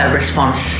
response